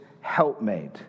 helpmate